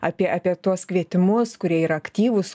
apie apie tuos kvietimus kurie yra aktyvūs